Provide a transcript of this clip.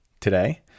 today